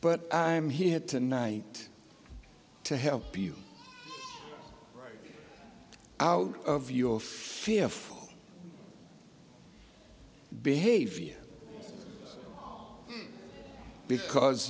but i'm here tonight to help you out of your fear for behavior because